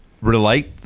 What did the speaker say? relate